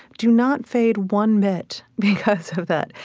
do not fade one bit, because of that.